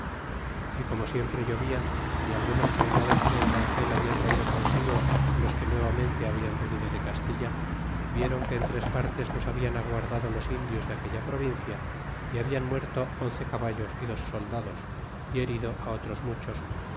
y como siempre llovia y algunos soldados que el rangel habia traido consigo de los que nuevamente hablan venido de castilla viéron que en tres partes nos habian aguardado los indios de aquella provincia y hablan muerto once caballos y dos soldados y herido otros muchos